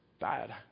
bad